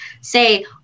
say